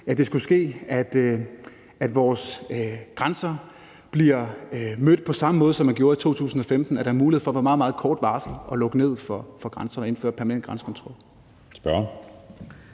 nu det skulle ske, at vores grænser bliver mødt af et pres på samme måde, som de gjorde i 2015, så er der mulighed for med meget, meget kort varsel at lukke ned for grænserne og indføre permanent grænsekontrol.